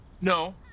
No